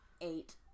eight